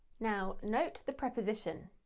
now, note the preposition,